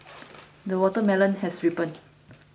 the watermelon has ripened